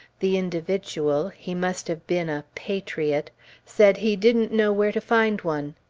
the individual he must have been a patriot said he didn't know where to find one.